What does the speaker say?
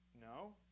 No